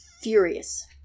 furious